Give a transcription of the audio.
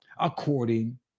according